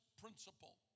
principle